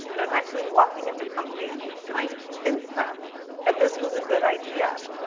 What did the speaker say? and i was actually walking into companies trying to convince them that this was a good idea.